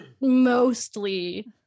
mostly